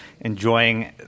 enjoying